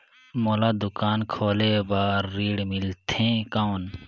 मोला दुकान खोले बार ऋण मिलथे कौन?